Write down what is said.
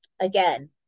again